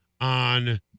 On